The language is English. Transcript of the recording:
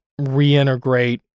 reintegrate